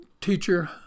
Teacher